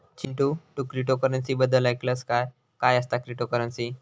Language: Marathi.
चिंटू, तू क्रिप्टोकरंसी बद्दल ऐकलंस काय, काय असता क्रिप्टोकरंसी?